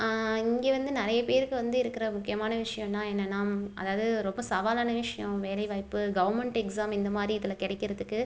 இங்கே வந்து நிறைய பேருக்கு வந்து இருக்கிற முக்கியமான விஷயம்னா என்னென்னா அதாவது ரொம்ப சவாலான விஷயம் வேலைவாய்ப்பு கவர்மெண்ட் எக்ஸாம் இந்த மாதிரி இதில் கிடைக்கறதுக்கு